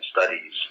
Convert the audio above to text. Studies